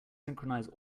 synchronize